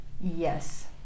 Yes